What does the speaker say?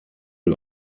you